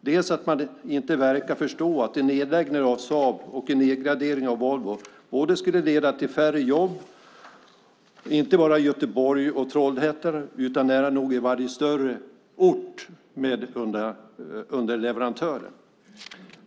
Inte heller verkar man förstå att en nedläggning av Saab och en nedgradering av Volvo skulle leda till färre jobb, inte bara i Göteborg och Trollhättan utan nära nog på varje större ort med underleverantörer.